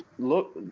look,